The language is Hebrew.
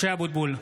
(קורא בשמות חברי הכנסת) משה אבוטבול,